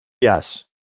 Yes